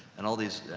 and all these,